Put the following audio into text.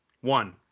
one